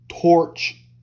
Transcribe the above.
torch